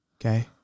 Okay